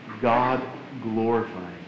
God-glorifying